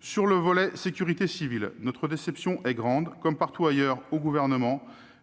Sur le volet sécurité civile, notre déception est grande. Comme partout ailleurs,